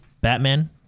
batman